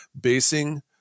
basing